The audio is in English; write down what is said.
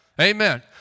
Amen